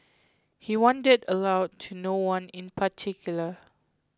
he wondered aloud to no one in particular